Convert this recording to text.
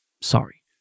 Sorry